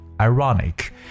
ironic